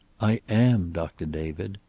i am, doctor david.